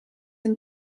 and